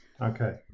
Okay